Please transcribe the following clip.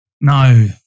No